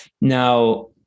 Now